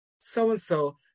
so-and-so